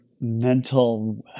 mental